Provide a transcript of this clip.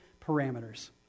parameters